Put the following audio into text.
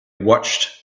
watched